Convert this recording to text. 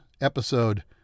episode